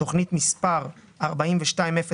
תוכנית מספר 42-03-01: